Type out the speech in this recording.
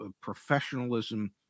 professionalism